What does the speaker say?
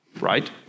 right